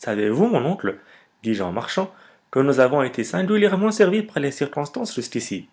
savez-vous mon oncle dis-je en marchant que nous avons été singulièrement servis par les circonstances jusqu'ici